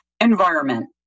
environment